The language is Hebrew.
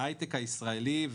ההיי-טק הישראלי,